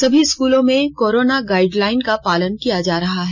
सभी स्कूलों मे कोरोना गाइडलाइन का पालन किया जा रहा है